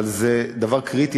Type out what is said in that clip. אבל זה דבר קריטי,